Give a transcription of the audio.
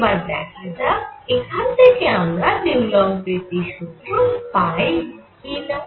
এবার দেখা যাক এখান থেকে আমরা দ্যুলং পেতি সূত্র পাই কি না